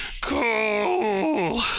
Cool